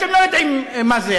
אתם לא יודעים מה זה.